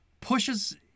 pushes